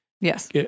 Yes